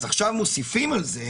אז עכשיו מוסיפים על זה